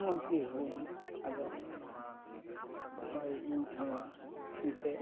ᱢᱚᱡᱽ ᱜᱮ ᱦᱩᱭᱮᱱᱟ ᱟᱫᱚ ᱚᱱᱟ ᱞᱮᱠᱟᱛᱮ ᱱᱚᱜᱼᱚᱸᱭ ᱤᱧ ᱦᱚᱸ ᱮᱱᱛᱮᱜ